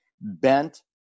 bent